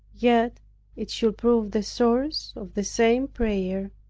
yet it should prove the source of the same prayer,